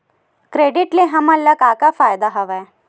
Credit ले हमन का का फ़ायदा हवय?